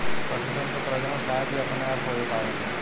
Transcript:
पशु सन के प्रजनन शायद ही अपने आप हो पावेला